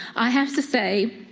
i have to say,